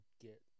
get